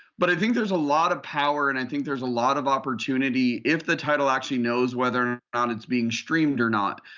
but i think there's a lot of power and i think there's a lot of opportunity if the title actually knows whether or not it's being streamed or not.